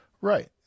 Right